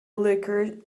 liquor